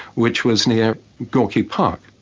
which was near gorky park.